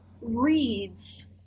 reads